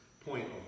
point